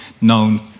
known